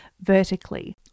vertically